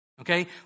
Okay